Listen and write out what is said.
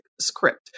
script